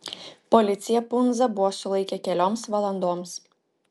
policija pundzą buvo sulaikę kelioms valandoms